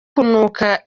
kunuka